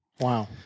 Wow